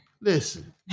Listen